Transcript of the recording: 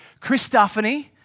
Christophany